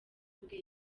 ubwe